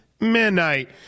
Midnight